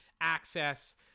access